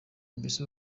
mbese